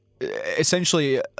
essentially